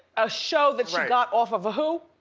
a show that she got off of who?